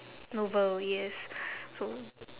novel yes so